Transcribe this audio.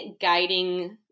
guiding